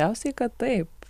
galiausiai kad taip